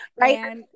Right